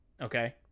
Okay